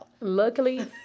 Luckily